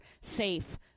safe